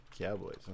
cowboys